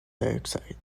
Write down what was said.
dioxide